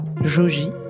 Joji